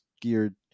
geared